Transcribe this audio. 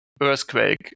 earthquake